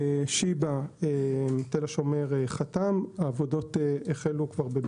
שיבא, תל השומר חתמו ועבודות הביצוע החלו.